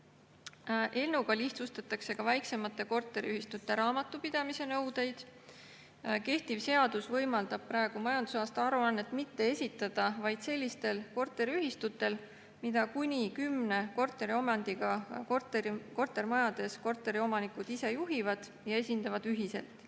Eelnõuga lihtsustatakse väiksemate korteriühistute raamatupidamise nõudeid. Kehtiv seadus võimaldab praegu majandusaasta aruannet mitte esitada vaid sellistel korteriühistutel, mida kuni 10 korteriomandiga kortermajades korteriomanikud ise juhivad ja esindavad ühiselt.